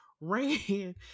ran